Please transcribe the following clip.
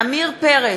עמיר פרץ,